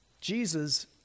Jesus